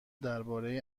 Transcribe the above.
درباره